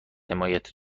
حمایت